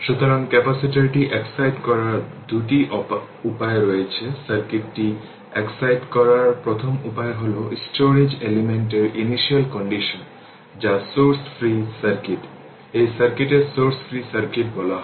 সুতরাং সার্কিটটি এক্সসাইট করার দুটি উপায় রয়েছে সার্কিটকে এক্সসাইট করার প্রথম উপায় হল স্টোরেজ এলিমেন্ট এর ইনিশিয়াল কন্ডিশন যা সোর্স ফ্রি সার্কিট এই সার্কিটকে সোর্স ফ্রি সার্কিট বলা হয়